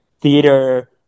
theater